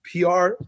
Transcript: PR